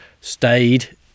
stayed